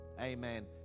Amen